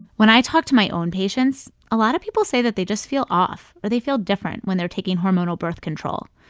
when i talk to my own patients, a lot of people say that they just feel off or they feel different when they're taking hormonal birth control.